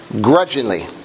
grudgingly